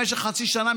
במשך חצי שנה,